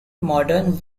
modern